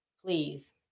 please